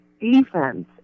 defense